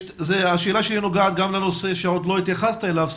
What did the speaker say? השאלה שלי נוגעת גם לנושא שעוד לא התייחסת אליו,